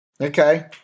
Okay